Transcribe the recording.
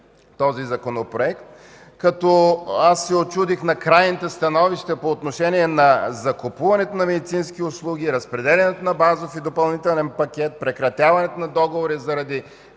този Законопроект. Аз се учудих на крайното становище по отношение на закупуването на медицински услуги, разпределянето на базовия и допълнителен пакет, прекратяването на договори заради